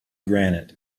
granite